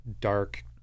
dark